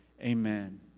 Amen